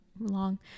long